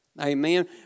Amen